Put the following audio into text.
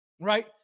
right